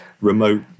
remote